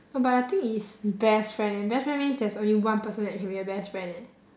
no but I think it's best friend eh best friend means there's only one person that can be a best friend eh